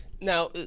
Now